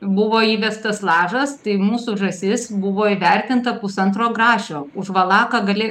buvo įvestas lažas tai mūsų žąsis buvo įvertinta pusantro grašio už valaką gali